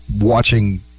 watching